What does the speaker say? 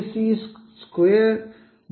AC2